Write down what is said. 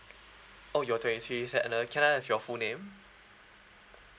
oh you're twenty three sir and uh can I have your full name